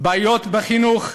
בעיות בחינוך,